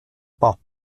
pas